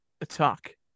attack